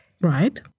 Right